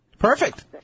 Perfect